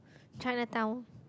Chinatown